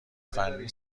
فنی